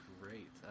great